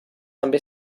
també